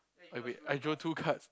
eh wait I drew two cards